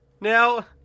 Now